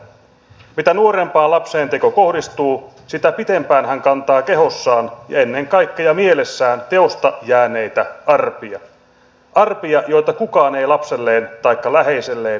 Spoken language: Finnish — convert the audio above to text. mitä nuorempaan lapseen teko kohdistuu sitä pitempään hän kantaa kehossaan ja ennen kaikkea mielessään teosta jääneitä arpia arpia joita kukaan ei lapselleen taikka läheiselleen soisi tulevan